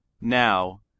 now